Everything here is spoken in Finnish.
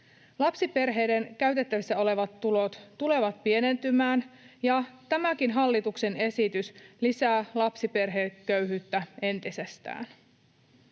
Lapsiperheiden käytettävissä olevat tulot tulevat pienentymään, ja tämäkin hallituksen esitys lisää lapsiperheköyhyyttä entisestään.